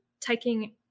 taking